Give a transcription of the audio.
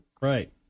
Right